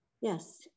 Yes